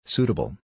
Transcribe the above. Suitable